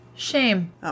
Shame